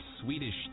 Swedish